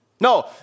No